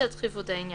בשל דחיפות העניין,